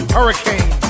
Hurricane